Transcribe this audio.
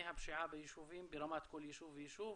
הפשיעה ביישובים ברמת כל יישוב ויישוב